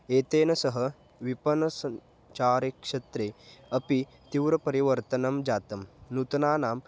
एतेन सह विपणसञ्चारे क्षेत्रे अपि तीव्रपरिवर्तनं जातं नूतनानां